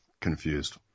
confused